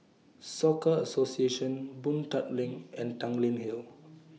Soka Association Boon Tat LINK and Tanglin Hill